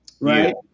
Right